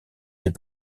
des